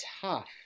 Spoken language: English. tough